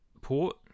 Port